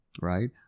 right